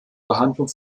behandlung